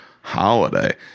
holiday